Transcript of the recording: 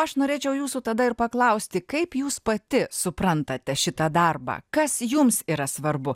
aš norėčiau jūsų tada ir paklausti kaip jūs pati suprantate šitą darbą kas jums yra svarbu